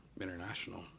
international